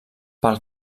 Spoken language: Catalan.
pel